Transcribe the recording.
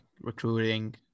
recruiting